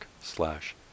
slash